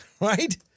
right